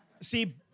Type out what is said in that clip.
See